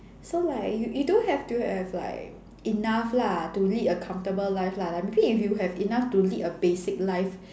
so like you you do have to have like enough lah to lead a comfortable life lah like maybe if you have enough to lead a basic life